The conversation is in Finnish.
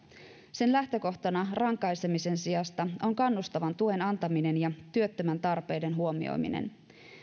sen lähtökohtana rankaisemisen sijasta on kannustavan tuen antaminen ja työttömän tarpeiden huomioiminen